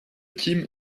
kim